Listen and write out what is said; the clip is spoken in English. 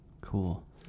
cool